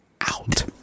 out